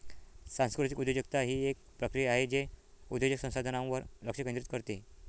सांस्कृतिक उद्योजकता ही एक प्रक्रिया आहे जे उद्योजक संसाधनांवर लक्ष केंद्रित करते